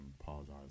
apologize